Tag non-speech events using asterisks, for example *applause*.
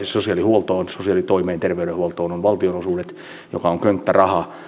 *unintelligible* sosiaalihuoltoon sosiaalitoimeen terveydenhuoltoon ovat valtionosuudet joka on könttäraha